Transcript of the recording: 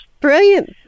brilliant